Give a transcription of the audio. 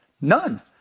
none